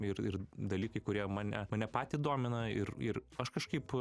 ir ir dalykai kurie mane mane patį domina ir ir aš kažkaip